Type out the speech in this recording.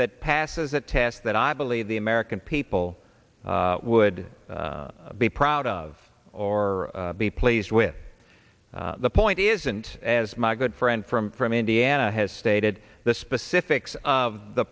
that passes that test that i believe the american people would be proud of or be pleased with the point isn't as my good friend from from indiana has stated the specifics of the